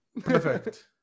Perfect